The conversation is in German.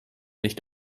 nicht